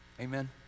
Amen